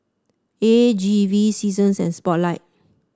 A G V Seasons and Spotlight